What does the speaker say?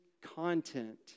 content